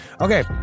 Okay